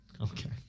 Okay